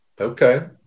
Okay